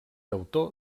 autor